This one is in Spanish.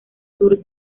sur